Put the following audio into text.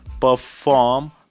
perform